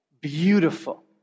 beautiful